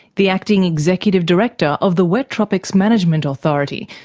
the acting executive director of the wet tropics management authority,